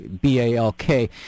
B-A-L-K